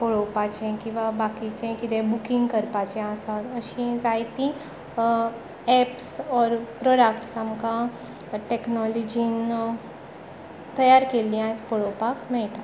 पळोवपाचें किंवा बाकीचें किदें बुकींग करपाचें आसा अशीं जायतीं एप्स ऑर प्रॉडक्ट्स आमकां टॅक्नोलॉजीन तयार केल्लीं आयज पळोवपाक मेळटा